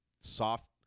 Soft